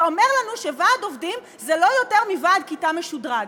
ואומר לנו שוועד עובדים זה לא יותר מוועד כיתה משודרג,